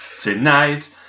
Tonight